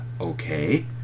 okay